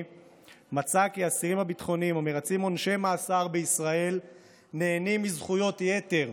מצא כי האסירים הביטחוניים המרצים עונשי מאסר בישראל נהנים מזכויות יתר